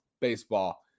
baseball